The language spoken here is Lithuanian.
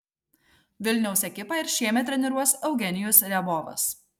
vilniaus ekipą ir šiemet treniruos eugenijus riabovas